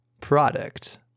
product